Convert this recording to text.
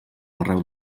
arreu